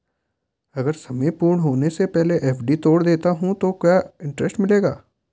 अगर समय पूर्ण होने से पहले एफ.डी तोड़ देता हूँ तो क्या इंट्रेस्ट मिलेगा?